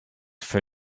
for